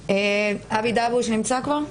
אבי דבוש נמצא כבר?